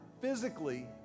physically